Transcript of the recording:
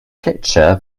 klitsche